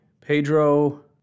Pedro